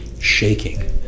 shaking